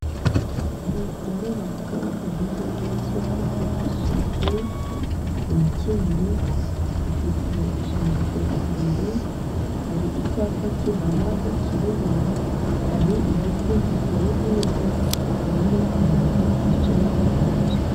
Inyubako imeze neza ifite isuku, irakeye, ifite jaride imbere, hari icyapa kiharanga kiri inyuma, hari igiti giteye hirya, harimo abantu bicayemo imbere.